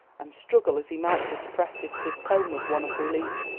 and struggle as he might to suppress it his tone was one of relief.